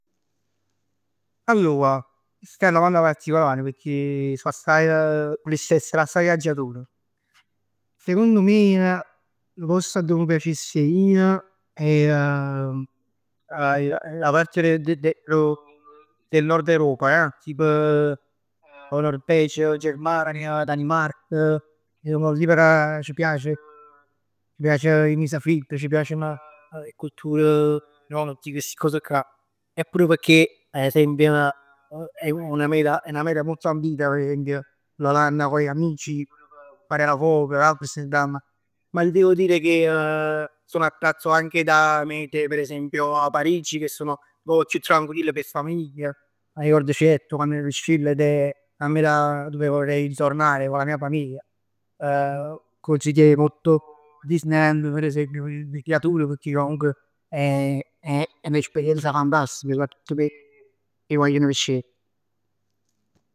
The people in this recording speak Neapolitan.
Allor, chest è 'na domanda particolar pecchè, so assaje, vuless essere assaje viaggiator. Secondo me, nu post addò m' piacess 'e ji è è 'a 'a part 'e d- d- del del Nord Europa ja. Norvegia, Germania, Danimarca. Song nu tip ca c' piace c' piace 'e cos fridd, c' piacen 'e cultur e tutt sti cos cà. E pure pecchè ad esempio è 'na meta, è 'na meta molto ambita per esempio l'Olanda co gli amici p- p- p' parià nu poc. Amsterdam. Ma ti devo dire che so attratto anche da mete, per esempio Parigi che sono nu poc chiù tranquille, p' 'e famiglie. 'Na vot c' jett quann er piccirill con la mia famiglia ed è, p' me era, ci vorrei ritornare con la mia famiglia. Consiglierei molto Disneyland, p' 'e creatur pecchè comunque è è n' esperienza fantastica soprattutto p' 'e guagliun piccirill.